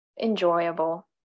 enjoyable